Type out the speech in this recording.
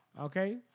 okay